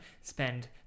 spend